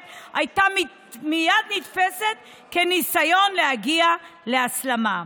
הייתה מייד נתפסת כניסיון להגיע להסלמה,